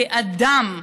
כאדם,